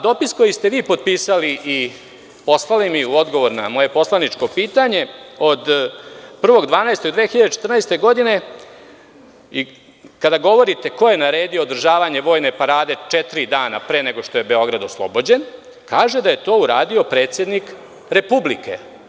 Dopis koji ste vi potpisali i poslali mi odgovor na moje poslaničko pitanje od 1. decembra 2014. godine, kada govorite ko je naredio održavanje Vojne parade četiri dana pre nego što je Beograd oslobođen, kaže da je to uradio predsednik Republike.